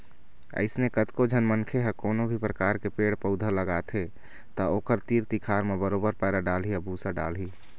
अइसने कतको झन मनखे मन ह कोनो भी परकार के पेड़ पउधा लगाथे त ओखर तीर तिखार म बरोबर पैरा डालही या भूसा डालही